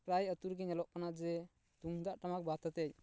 ᱯᱨᱟᱭ ᱟᱹᱛᱩ ᱨᱮᱜᱮ ᱧᱮᱞᱚᱜ ᱠᱟᱱᱟ ᱡᱮ ᱛᱩᱢᱫᱟᱜ ᱴᱟᱢᱟᱠ ᱵᱟᱫ ᱠᱟᱛᱮ